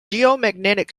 geomagnetic